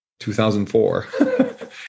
2004